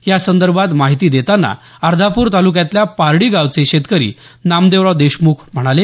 यासंदर्भात माहिती देतांना अर्धाप्र ताल्क्यातल्या पार्डी गावचे शेतकरी नामदेवराव देशमुख म्हणाले